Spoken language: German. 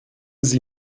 sie